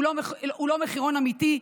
הוא לא מחירון אמיתי.